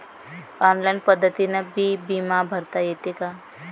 Online पद्धतीनं बी बिमा भरता येते का?